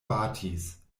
batis